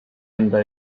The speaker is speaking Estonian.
enda